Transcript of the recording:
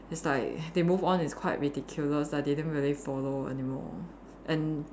it's like they move on it's quite ridiculous I didn't really follow anymore and